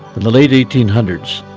in the late eighteen hundreds,